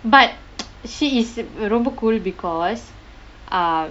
but she is ரொம்ப:romba cool because uh